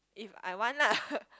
if I want lah